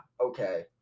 Okay